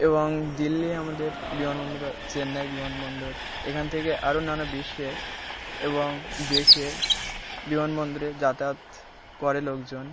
এবং দিল্লি আমাদের বিমান বন্দর চেন্নাই বিমান বন্দর এখান থেকে আরও নানা বিশ্বে এবং দেশে বিমান বন্দরেে যাতায়াত করে লোকজন